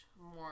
more